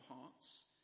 hearts